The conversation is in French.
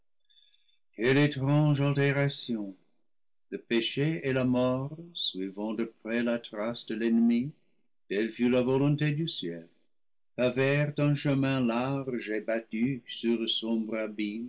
quelle étrange altération le péché et la mort suivant de près la trace de l'ennemi telle fut la volonté du ciel pavèrent un chemin large et battu sur le